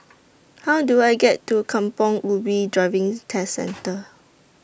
How Do I get to Kampong Ubi Driving Test Centre